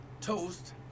toast